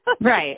Right